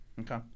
Okay